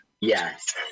Yes